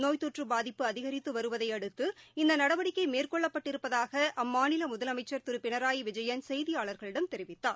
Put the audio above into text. நோய் தொற்றுபாதிப்பு அதிகரித்துவருவதையடுத்து இந்தநடவடிக்கைமேற்கொள்ளப்பட்டிருப்பதாகஅம்மாநிலமுதலமைச்சர் திருபினராயிவிஜயன் செய்தியாளர்களிடம் தெரிவித்தார்